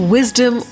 Wisdom